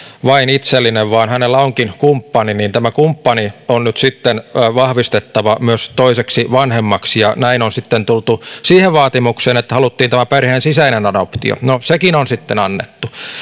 itsellinen vaan hänellä voikin olla kumppani niin tämä kumppani on nyt sitten vahvistettava myös toiseksi vanhemmaksi ja näin on sitten tultu siihen vaatimukseen että haluttiin tämä perheen sisäinen adoptio no sekin on sitten annettu